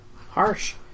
harsh